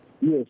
yes